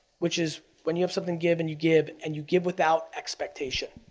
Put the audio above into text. which is, when you have something, give and you give and you give without expectation.